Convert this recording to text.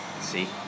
See